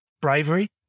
Bravery